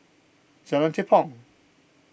Jalan Tepong